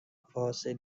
فاصله